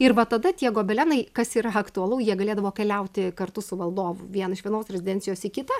ir va tada tie gobelenai kas yra aktualu jie galėdavo keliauti kartu su valdovu vien iš vienos rezidencijos į kitą